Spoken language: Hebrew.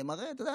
אתה יודע,